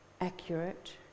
accurate